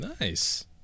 nice